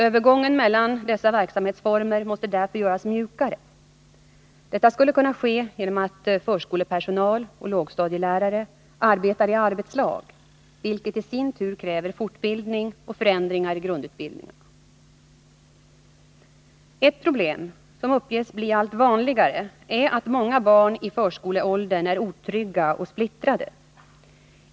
Övergången mellan dessa verksamhetsformer måste därför göras mjukare. Detta skulle kunna ske genom att förskolepersonal och lågstadielärare arbetar i arbetslag, vilket i sin tur kräver fortbildning och förändringar i grundutbildningarna. Ett problem som uppges bli allt vanligare är att många barn i förskoleåldern är otrygga och splittrade.